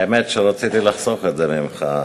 האמת היא שרציתי לחסוך את זה ממך,